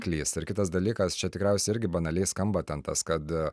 klysta ir kitas dalykas čia tikriausiai irgi banaliai skamba ten tas kad